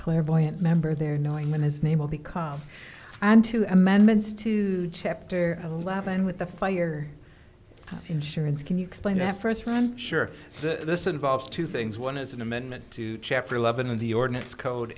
clairvoyant member there knowing that his name will be calm and to amendments to chapter eleven with the fire insurance can you explain that first one sure this involves two things one is an amendment to chapter eleven of the ordinance code